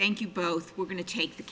thank you both we're going to t